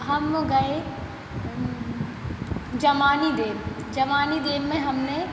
हम गए जमानी देव जमानी देव में हमने